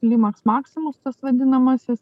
limaks maximus tas vadinamasis